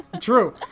True